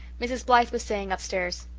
mrs. blythe was saying upstairs,